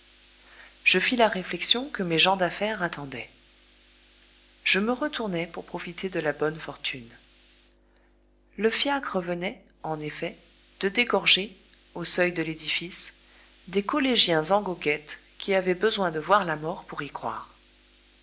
je fis la réflexion que mes gens d'affaires attendaient je me retournai pour profiter de la bonne fortune le fiacre venait en effet de dégorger au seuil de l'édifice des collégiens en goguette qui avaient besoin de voir la mort pour y croire